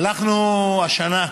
הלכנו השנה,